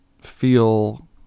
feel